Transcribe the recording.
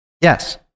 Yes